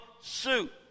suit